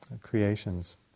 creations